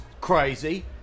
crazy